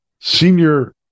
Senior